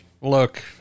look